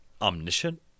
omniscient